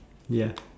ya